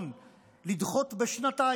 לדחות בשנתיים את הבחירות,